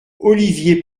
olivier